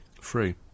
free